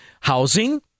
housing